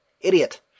idiot